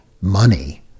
money